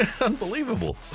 Unbelievable